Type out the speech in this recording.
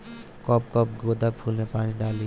कब कब गेंदा फुल में पानी डाली?